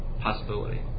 possibility